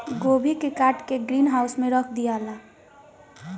गोभी के काट के ग्रीन हाउस में रख दियाला